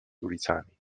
ulicami